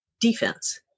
defense